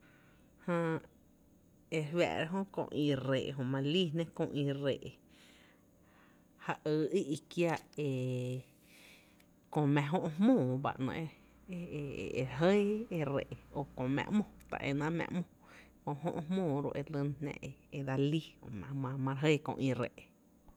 Jää e re fⱥⱥ’ra jö kö ï rree’ jö ma li líí jná kö ï rree’ ja yy í’ kiää e kö mⱥ jö’ jmóoó ba ‘néé’ e re jɇɇ e rree’ o köö mⱥ ‘mo ta e nⱥⱥ’ mⱥ ‘mo, jö’ jmóoó ro e lyna jná e dsal lii e mare jɇɇ köö ï rree’.